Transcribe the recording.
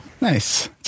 Nice